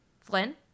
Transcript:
flynn